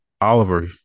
Oliver